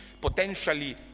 potentially